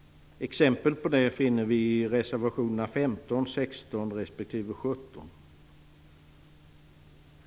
Exempel på det finner vi i reservationerna nr 15, 16 respektive 17.